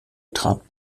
trat